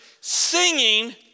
singing